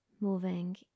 moving